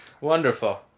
Wonderful